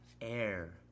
air